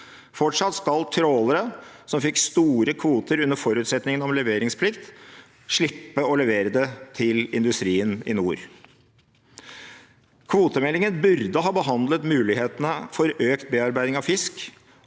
Fortsatt skal trålere som fikk store kvoter under forutsetning om leveringsplikt, slippe å levere til industrien i nord. Kvotemeldingen burde ha behandlet mulighetene for økt bearbeiding av fisk,